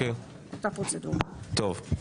אותה פרוצדורה כמו הסתייגויות.